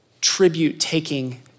tribute-taking